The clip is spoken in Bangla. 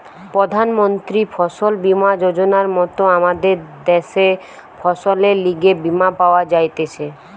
প্রধান মন্ত্রী ফসল বীমা যোজনার মত আমদের দ্যাশে ফসলের লিগে বীমা পাওয়া যাইতেছে